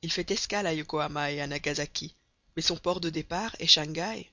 il fait escale à yokohama et à nagasaki mais son port de départ est shangaï